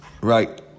right